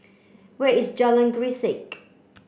where is Jalan Grisek